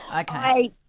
Okay